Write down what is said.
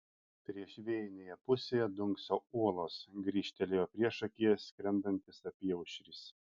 priešvėjinėje pusėje dunkso uolos grįžtelėjo priešakyje skrendantis apyaušris